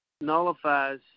nullifies